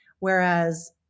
Whereas